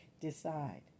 decide